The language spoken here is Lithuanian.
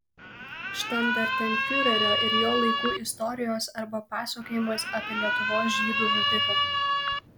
štandartenfiurerio ir jo laikų istorijos arba pasakojimas apie lietuvos žydų žudiką